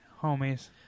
homies